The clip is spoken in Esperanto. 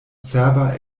cerba